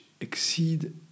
exceed